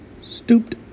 stooped